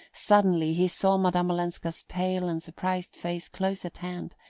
suddenly, he saw madame olenska's pale and surprised face close at hand,